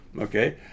Okay